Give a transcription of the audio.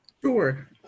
Sure